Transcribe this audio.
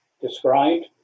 described